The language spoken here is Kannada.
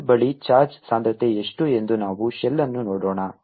ಶೆಲ್ ಬಳಿ ಚಾರ್ಜ್ ಸಾಂದ್ರತೆ ಎಷ್ಟು ಎಂದು ನಾವು ಶೆಲ್ ಅನ್ನು ನೋಡೋಣ